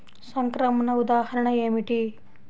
సంక్రమణ ఉదాహరణ ఏమిటి?